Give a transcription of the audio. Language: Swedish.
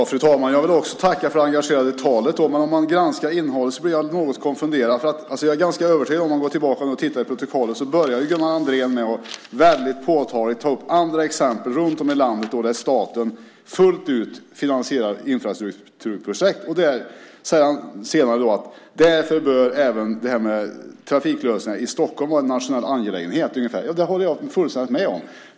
Fru talman! Jag vill också tacka för det engagerade talet, men om jag granskar innehållet blir jag något konfunderad. Jag är ganska övertygad om att om man går tillbaka och tittar i protokollet så börjar Gunnar Andrén med att väldigt påtagligt ta upp andra exempel runt om i landet där staten fullt ut finansierar infrastrukturprojekt. Därför bör även trafiklösningar i Stockholm vara en nationell angelägenhet. Så säger han ungefär. Det håller jag fullständigt med om.